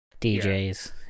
DJs